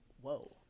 whoa